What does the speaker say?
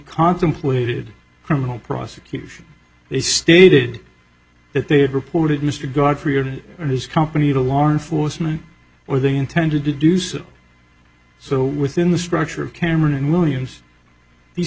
contemplated criminal prosecution they stated that they had reported mr godfrey or his company to law enforcement or they intended to do so so within the structure of cameron and millions the